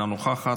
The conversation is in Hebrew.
אינה נוכחת,